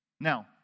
Now